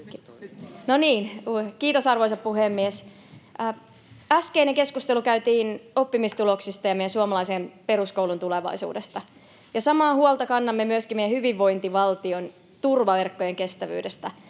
Kiitos, arvoisa puhemies! Äskeinen keskustelu käytiin oppimistuloksista ja meidän suomalaisen peruskoulun tulevaisuudesta. Samaa huolta kannamme myöskin meidän hyvinvointivaltiomme turvaverkkojen kestävyydestä.